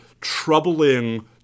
troubling